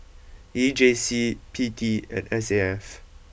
E J C P T and S A F